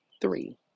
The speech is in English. Three